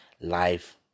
life